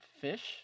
Fish